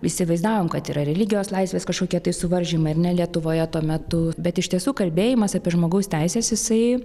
įsivaizdavom kad yra religijos laisvės kažkokie tai suvaržymai ar ne lietuvoje tuo metu bet iš tiesų kalbėjimas apie žmogaus teises jisai